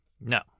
No